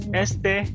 este